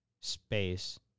space